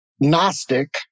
Gnostic